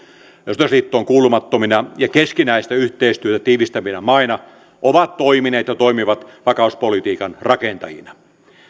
sotilasliittoon kuulumattomina ja keskinäistä yhteistyötä tiivistävinä maina ovat toimineet ja toimivat vakauspolitiikan rakentajina